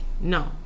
no